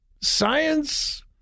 science